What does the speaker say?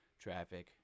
traffic